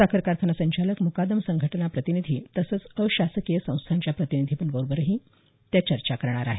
साखर कारखाना संचालक मुकादम संघटना प्रतिनिधी तसंच अशासकीय संस्थाच्या प्रतिनिधींबरोबरही त्या चर्चा करणार आहेत